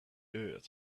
dirt